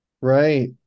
Right